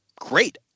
great